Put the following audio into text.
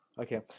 Okay